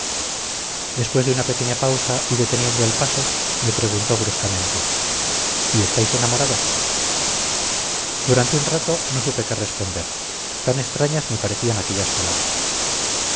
después de pequeña pausa y deteniendo el paso me preguntó bruscamente y estáis enamorado durante un rato no supe qué responder tan extrañas me parecían aquellas palabras